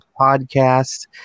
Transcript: podcast